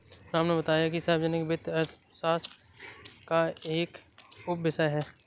राम ने बताया कि सार्वजनिक वित्त अर्थशास्त्र का एक उपविषय है